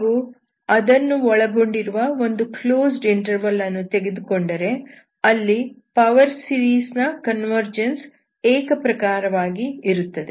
ಹಾಗೂ ಅದನ್ನು ಒಳಗೊಂಡಿರುವ ಒಂದು ಕ್ಲೋಸ್ಡ್ ಇಂಟರ್ವಲ್ ಅನ್ನು ತೆಗೆದುಕೊಂಡರೆ ಅಲ್ಲಿ ಪವರ್ ಸೀರೀಸ್ ನ ಕನ್ವರ್ಜನ್ಸ್ ಏಕಪ್ರಕಾರವಾಗಿ ಇರುತ್ತದೆ